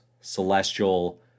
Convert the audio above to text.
Celestial